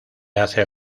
hace